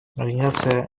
организация